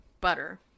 Butter